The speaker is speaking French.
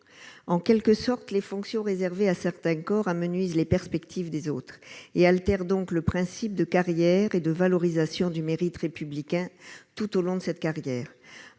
en quelque sorte les fonctions réservée à certains corps amenuise les perspectives des autres et Alter donc le principe de carrière et de valorisation du mérite républicain tout au long de cette carrière